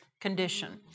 condition